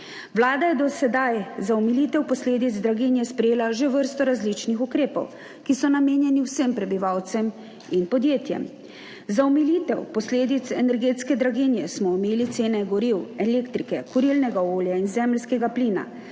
Vlada je do sedaj za omilitev posledic draginje sprejela že vrsto različnih ukrepov, ki so namenjeni vsem prebivalcem in podjetjem. Za omilitev posledic energetske draginje smo omejili cene goriv, elektrike, kurilnega olja in zemeljskega plina,